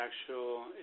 actual